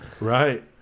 Right